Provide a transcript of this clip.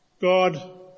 God